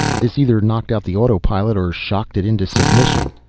this either knocked out the autopilot or shocked it into submission.